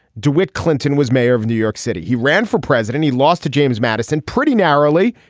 dewitt clinton was mayor of new york city. he ran for president he lost to james madison pretty narrowly.